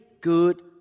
good